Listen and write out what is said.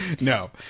no